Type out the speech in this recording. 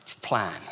plan